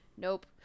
Nope